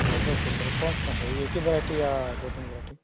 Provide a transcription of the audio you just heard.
दो दो कुंटल कौन से कौन चाहिए एक ही वेराइटी या दो तीन वेराइटी